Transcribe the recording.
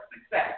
success